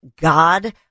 God